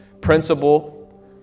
principle